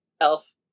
elf